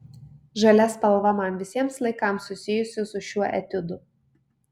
žalia spalva man visiems laikams susijusi su šiuo etiudu